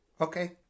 Okay